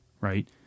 right